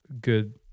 good